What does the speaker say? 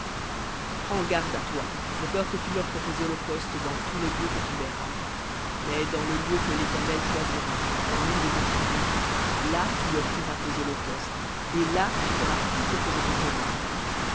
prends garde à toi de peur que tu n'offres tes holocaustes dans tous les lieux que tu verras mais dans le lieu que l'éternel choisira dans l'une de tes tribus là tu offriras tes holocaustes et là tu feras tout ce que je te commande